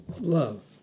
love